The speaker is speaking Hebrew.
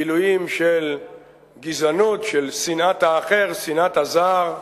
גילויים של גזענות, של שנאת האחר, שנאת הזר.